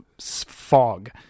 fog